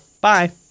Bye